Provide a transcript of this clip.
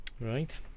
Right